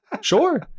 Sure